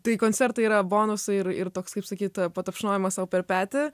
tai koncertai yra bonusai ir ir toks kaip sakyt patapšnojimas sau per petį